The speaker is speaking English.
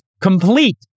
complete